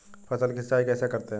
फसलों की सिंचाई कैसे करते हैं?